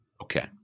Okay